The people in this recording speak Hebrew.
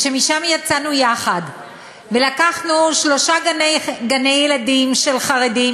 ושמשם יצאנו יחד ולקחנו שלושה גני-ילדים של חרדים,